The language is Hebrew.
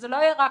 שזה לא יהיה רק